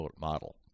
model